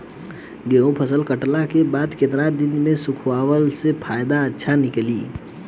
गेंहू फसल कटला के बाद केतना दिन तक सुखावला से फसल अच्छा निकली?